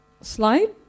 slide